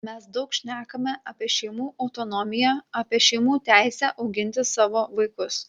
mes daug šnekame apie šeimų autonomiją apie šeimų teisę auginti savo vaikus